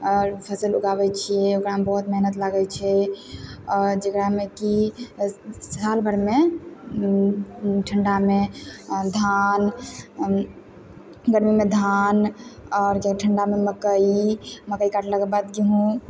आओर फसल उगाबय छियै ओकरामे बहुत मेहनत लागय छै जकरामे कि साल भरिमे ठण्डामे धान गरमीमे धान आओर जे ठण्डामे मकइ मकइ काटलाके बाद गेहूँ